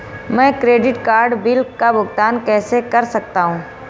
मैं credit card bill का भुगतान कैसे कर सकता हूं?